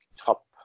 top